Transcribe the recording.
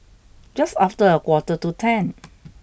just after a quarter to ten